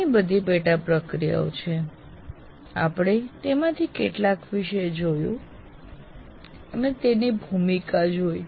ઘણી બધી પેટા પ્રક્રિયાઓ છે આપણે તેમાંથી કેટલાક વિષે જોયું અને તેની ભૂમિકા જોયી